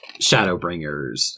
Shadowbringers